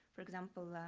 for example,